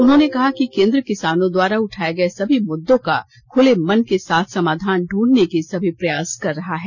उन्होंने कहा कि केन्द्र किसानों द्वारा उठाए गये सभी मुद्दों का खुले मन के साथ समाधान ढूंढने के सभी प्रयास कर रहा है